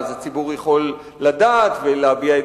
ואז הציבור יכול לדעת ולהביע,